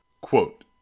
Quote